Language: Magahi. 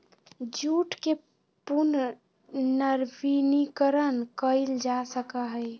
जूट के पुनर्नवीनीकरण कइल जा सका हई